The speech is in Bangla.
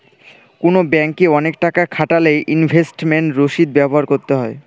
কোনো ব্যাঙ্কে অনেক টাকা খাটালে ইনভেস্টমেন্ট রসিদ ব্যবহার করতে হয়